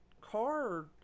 car